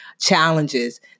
challenges